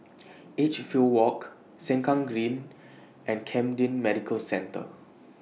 Edgefield Walk Sengkang Green and Camden Medical Centre